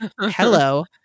hello